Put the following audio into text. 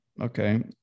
okay